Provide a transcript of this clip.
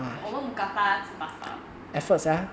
我们 mookata 他吃 pasta ya